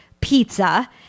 Pizza